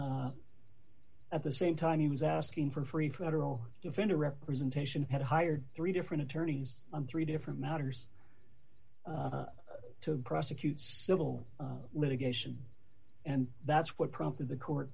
actually at the same time he was asking for free federal defender representation had hired three different attorneys on three different matters to prosecute civil litigation and that's what prompted the court